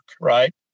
right